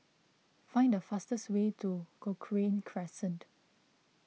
find the fastest way to Cochrane Crescent